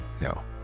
No